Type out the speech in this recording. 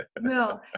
No